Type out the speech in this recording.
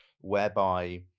whereby